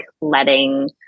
letting